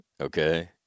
Okay